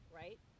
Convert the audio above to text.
right